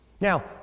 Now